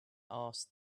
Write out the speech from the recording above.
asked